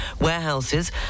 warehouses